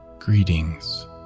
Greetings